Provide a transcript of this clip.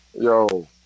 yo